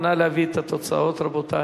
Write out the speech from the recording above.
נא להביא את התוצאות, רבותי.